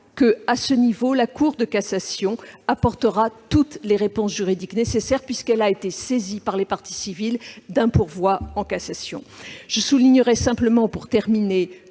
suis certaine que la Cour de cassation apportera toutes les réponses juridiques nécessaires, puisqu'elle a été saisie par les parties civiles d'un pourvoi en cassation. Pour terminer, je veux simplement souligner